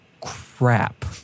crap